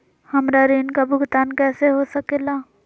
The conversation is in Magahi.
हमरा ऋण का भुगतान कैसे हो सके ला?